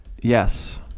Yes